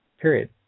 period